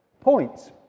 points